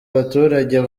baturage